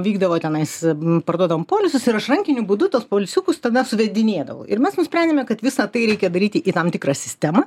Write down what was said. vykdavo tenais parduodavom polisus ir aš rankiniu būdu tos polisiukus tada suvedinėdau ir mes nusprendėme kad visa tai reikia daryti į tam tikrą sistemą